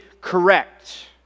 correct